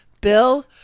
Bill